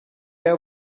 jeu